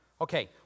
Okay